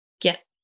get